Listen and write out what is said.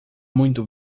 muito